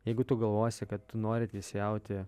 jeigu tu galvosi kad tu nori teisėjauti